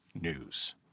news